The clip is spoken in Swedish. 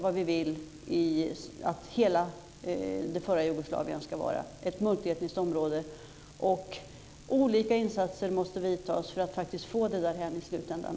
Vi vill att hela det före detta Jugoslavien ska vara ett multietniskt område. Olika insatser måste vidtas för att det ska bli så i slutändan.